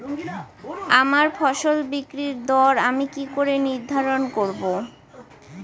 আমার ফসল বিক্রির দর আমি কি করে নির্ধারন করব?